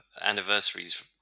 anniversaries